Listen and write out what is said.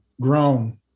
grown